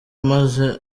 maze